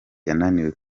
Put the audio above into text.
yananiwe